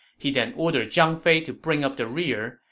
he then ordered zhang fei to bring up the rear,